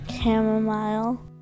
Chamomile